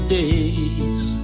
days